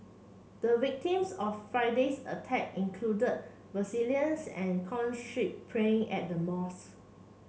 the victims of Friday's attack included and praying at the mosque